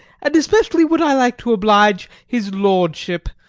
and especially would i like to oblige his lordship.